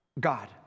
God